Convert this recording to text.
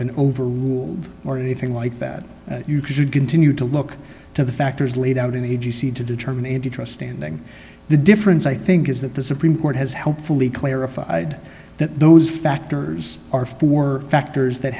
been over or anything like that you should continue to look to the factors laid out in a g c to determine if you trust standing the difference i think is that the supreme court has helpfully clarified that those factors are four factors that